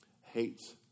hates